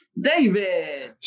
David